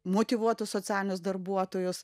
motyvuotus socialinius darbuotojus